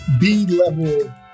B-level